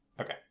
Okay